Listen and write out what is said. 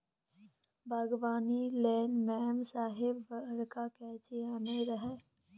बागबानी लेल मेम साहेब बड़का कैंची आनने रहय